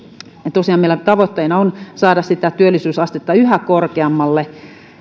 tosiaan meillä tavoitteena on saada sitä työllisyysastetta yhä korkeammalle